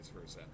versa